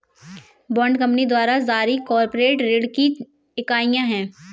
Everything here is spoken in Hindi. बॉन्ड कंपनी द्वारा जारी कॉर्पोरेट ऋण की इकाइयां हैं